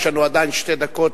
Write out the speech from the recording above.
יש לנו עדיין שתי דקות,